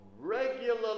regularly